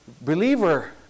Believer